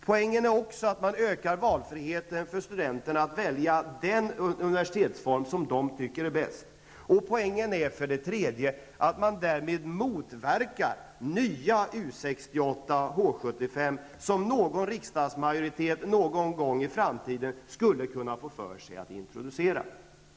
Poängen är för det andra att man ökar valfriheten för studenterna att välja den universitetsform som de tycker är bäst. Poängen är för det tredje att man därmed motverkar nya U 68 och H 75, som någon riksdagsmajoritet någon gång i framtiden skulle kunna få för sig att introducera.